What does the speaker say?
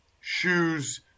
shoes